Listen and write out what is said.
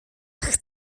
ach